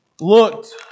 looked